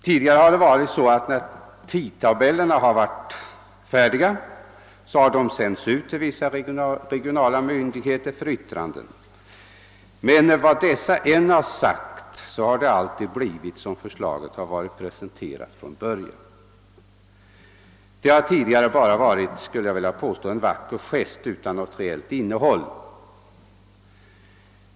Tidigare har det varit så, att när tidtabellerna har varit färdiga har de sänts ut till vissa regionala myndigheter för yttrande, men vad dessa än sagt har det ursprungliga förslaget alltid följts. Det hela har bara varit en vacker gest utan reellt innehåll.